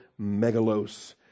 megalos